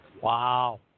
Wow